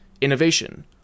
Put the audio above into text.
innovation